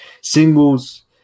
singles